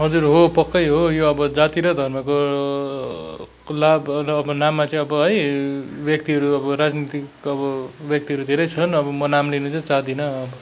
हजुर हो पक्कै हो यो अब जाति र धर्मको लाभ र अब नाममा चाहिँ अब है व्यक्तिहरू अब राजनैतिक अब व्यक्तिहरू धेरै छन् अब म नाम लिन चाहिँ चाहदिनँ